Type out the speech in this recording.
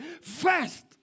fast